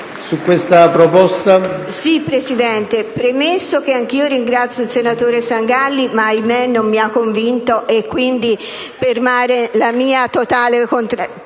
Presidente, anch'io ringrazio il senatore Sangalli, ma, ahimè, non mi ha convinto, e quindi permane la mia totale contrarietà,